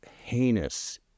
heinous